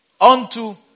Unto